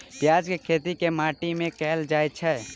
प्याज केँ खेती केँ माटि मे कैल जाएँ छैय?